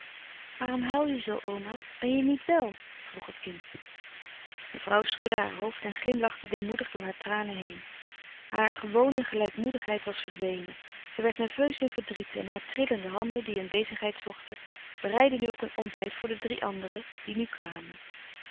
waarom huil je zoo oma ben je niet wel vroeg het kind mevrouw schudde haar hoofd en glimlachte weemoedig door haar tranen heen hare gewone gelijkmoedigheid was verdwenen zij werd nerveus in verdriet en hare trillende handen die een bezigheid zochten bereidden nu ook een ontbijt voor de drie anderen die nu kwamen